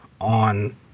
on